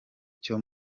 cyo